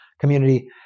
community